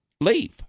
leave